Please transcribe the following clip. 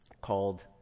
called